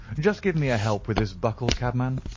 just give me a help with this buckle, cabman,